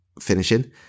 finishing